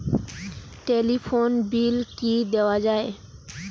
Telephone bill কি দেওয়া যায়?